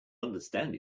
understand